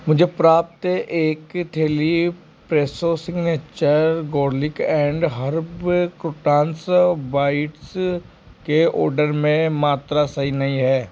मुझे प्राप्त एक थैली Fresho signature garlic and herb croutons bites के आर्डर में मात्रा सही नहीं है